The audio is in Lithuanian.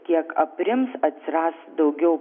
kiek aprims atsiras daugiau